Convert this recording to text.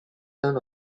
turn